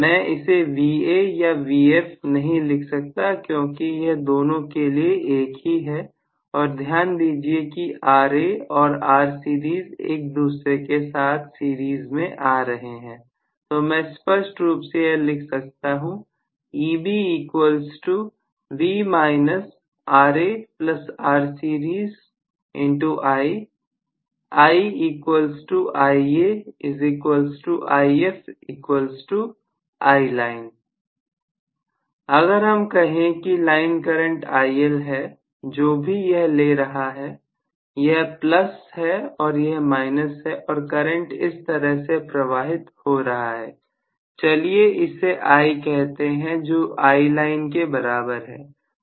मैं इसे Va या Vf नहीं लिख रहा क्योंकि यह दोनों के लिए एक ही है और यह ध्यान दीजिए कि Ra और Rseries एक दूसरे के साथ सीरीज में आ रहे हैं तो मैं स्पष्ट रूप से यह लिख सकता हूं अगर हम कहें कि लाइन करंट IL है जो भी यह ले रहा है यह प्लस है और यह माइनस है और करंट इस तरह से प्रवाहित हो रहा है चलिए इसे I कहते हैं जो ILine के बराबर है